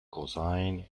cosine